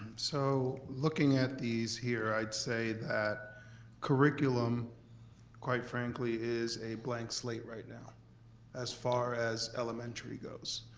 so looking at these here, i'd say that curriculum quite frankly is a blank slate right now as far as elementary goes,